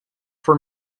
for